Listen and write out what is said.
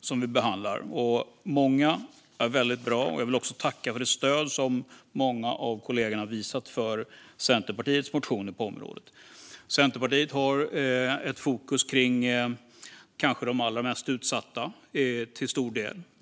som vi nu behandlar, och många är väldigt bra. Jag vill också tacka för det stöd som många kollegor har visat för Centerpartiets motioner på området. Centerpartiet har till stor del fokus på de kanske allra mest utsatta.